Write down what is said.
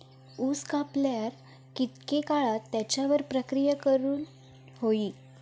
ऊस कापल्यार कितके काळात त्याच्यार प्रक्रिया करू होई?